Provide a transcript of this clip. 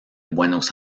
buenos